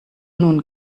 nun